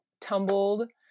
tumbled